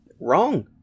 Wrong